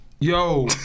Yo